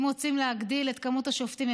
אם רוצים להגדיל את מספר השופטים,